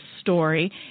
story